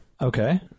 Okay